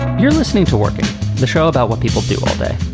you're listening to working the show about what people do all day.